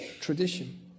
tradition